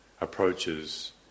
approaches